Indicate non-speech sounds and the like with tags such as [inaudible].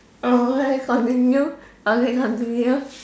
oh I continue [laughs] okay continue [laughs]